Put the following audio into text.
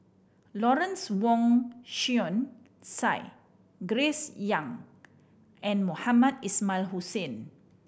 Lawrence Wong Shyun Tsai Grace Young and Mohamed Ismail Hussain